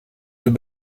deux